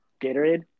Gatorade